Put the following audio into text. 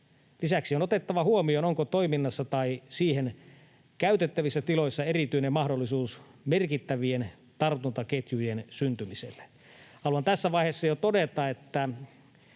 Lisäksi on otettava huomioon, onko toiminnassa tai siihen käytettävissä tiloissa erityinen mahdollisuus merkittävien tartuntaketjujen syntymiseen. Haluan jo tässä vaiheessa todeta, että